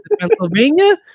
Pennsylvania